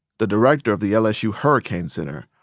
the director of the lsu hurricane center,